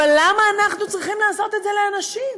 אבל למה אנחנו צריכים לעשות את זה לאנשים?